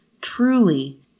Truly